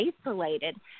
isolated